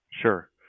Sure